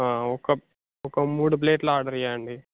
ఒక ఒక మూడు ప్లేట్లు ఆర్డర్ ఇవ్వండి